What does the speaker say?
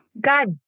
God